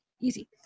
Easy